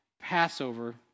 Passover